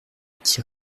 gens